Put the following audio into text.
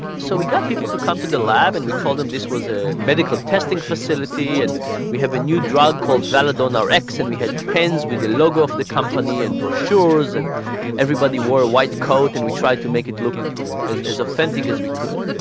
so we got people to come to the lab and we told them this was a medical testing facility and we have a new drug called velladonna x and we had the pens with the logo of the company, and brochures and everybody wore a white coat and we tried to make it look as as authentic as we could.